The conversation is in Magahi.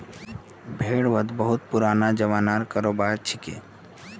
भेड़ वध बहुत पुराना ज़मानार करोबार छिके